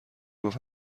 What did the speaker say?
گفت